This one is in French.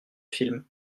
film